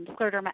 scleroderma